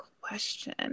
question